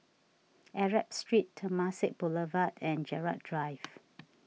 Arab Street Temasek Boulevard and Gerald Drive